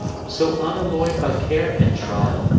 so unalloyed by care and trial,